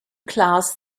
class